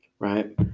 right